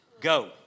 Go